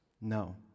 No